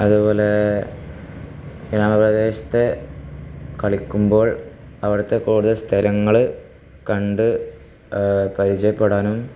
അതേപോലെ ഗ്രാമപ്രദേശത്ത് കളിക്കുമ്പോൾ അവിടത്തെ കൂടുതല് സ്ഥലങ്ങള് കണ്ടു പരിചയപ്പെടാനും